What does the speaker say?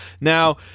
Now